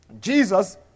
Jesus